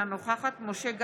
אינה נוכחת משה גפני,